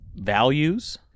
Values